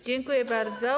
Dziękuję bardzo.